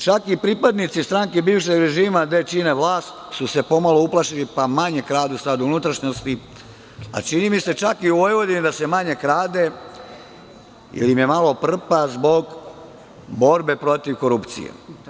Čak i pripadnici stranke bivšeg režima gde čine vlast su se pomalo uplašili, pa manje kradu sada u unutrašnjosti, a čini mi se čak i u Vojvodini, da se manje krade, ili im je malo prpa zbog borbe protiv korupcije.